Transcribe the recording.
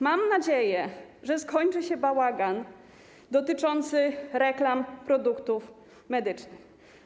Mam nadzieję, że skończy się bałagan dotyczący reklam produktów medycznych.